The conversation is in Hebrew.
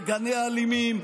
מגנה אלימים,